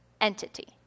entity